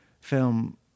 film